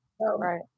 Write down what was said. Right